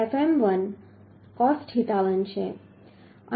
અહીં Fa નો વર્ગ 18